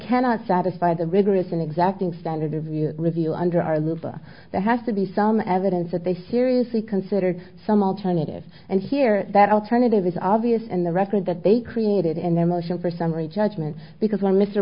cannot satisfy the rigorous and exacting standard of you review under our luva there has to be some evidence that they seriously consider some alternative and here that alternative is obvious in the record that they created in their motion for summary judgment because when mr